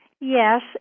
yes